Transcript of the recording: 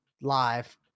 live